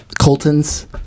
Colton's